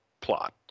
plot